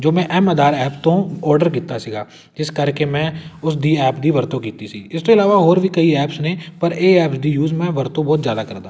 ਜੋ ਮੈਂ M Aadhaar app ਤੋਂ ਔਡਰ ਕੀਤਾ ਸੀਗਾ ਇਸ ਕਰਕੇ ਮੈਂ ਉਸਦੀ ਐਪ ਦੀ ਵਰਤੋਂ ਕੀਤੀ ਸੀ ਇਸ ਤੋਂ ਇਲਾਵਾ ਹੋਰ ਵੀ ਕਈ ਐਪਸ ਨੇ ਪਰ ਇਹ ਐਪ ਦੀ ਯੂਜ ਮੈਂ ਵਰਤੋਂ ਬਹੁਤ ਜ਼ਿਆਦਾ ਕਰਦਾ ਹਾਂ